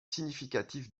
significatifs